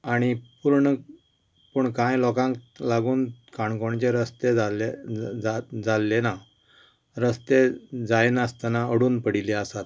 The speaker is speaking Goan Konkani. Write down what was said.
आनी पूर्ण पूण कांय लोकांक लागून काणकोणचे रस्ते जाल्ले जाल्ले ना रस्ते जाय नासतना अडून पडिल्ले आसात